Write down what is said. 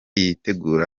yitegura